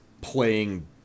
playing